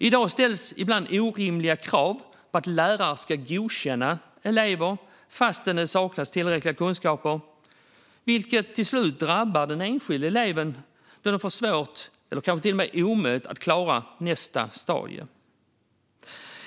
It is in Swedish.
I dag ställs ibland orimliga krav på att lärare ska godkänna elever fastän de saknar tillräckliga kunskaper, vilket till slut drabbar den enskilde eleven när det blir svårt eller till och med omöjligt att klara nästa stadium.